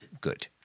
good